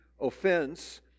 offense